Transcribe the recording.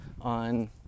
on